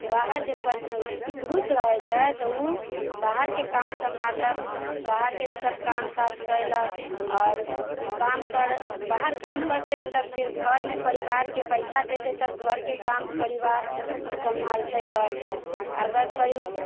बाहरके जे प पुरुष रहै छै तऽ ओ बाहरके काम सम्भाललक बाहरके सभ काम काज कयलक आओर काम कर बाहरके काम करतै तऽ फिर घरमे परिवारके पैसा देतै तब घरके काम परिवार सम्भालतै घरके अगर परि